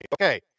okay